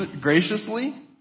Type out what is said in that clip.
graciously